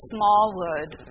Smallwood